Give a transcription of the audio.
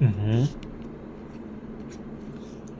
mmhmm